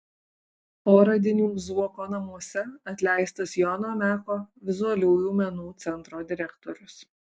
po radinių zuoko namuose atleistas jono meko vizualiųjų menų centro direktorius